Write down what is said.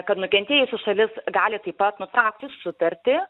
kad nukentėjusi šalis gali taip pat nutraukti sutartį